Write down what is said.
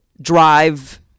drive